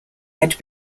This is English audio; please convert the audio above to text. had